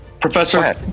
Professor